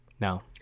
No